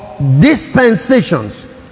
dispensations